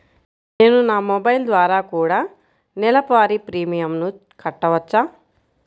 నేను నా మొబైల్ ద్వారా కూడ నెల వారి ప్రీమియంను కట్టావచ్చా?